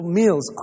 meals